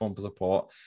support